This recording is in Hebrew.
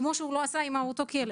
כמו שהוא לא עשה עם אותו כלב.